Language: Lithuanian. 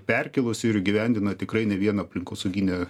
perkėlusi ir įgyvendina tikrai ne vieną aplinkosauginę